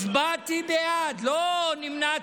הצבעתי בעד, לא נמנעתי.